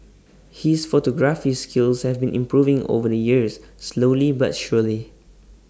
his photography skills have been improving over the years slowly but surely